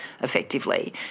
effectively